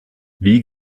wie